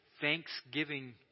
thanksgiving